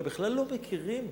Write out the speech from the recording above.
בכלל לא מכירים,